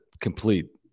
complete